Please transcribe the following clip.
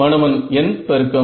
மாணவன் N பெருக்கம்